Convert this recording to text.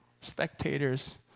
Spectators